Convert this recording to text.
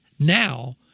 Now